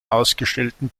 ausgestellten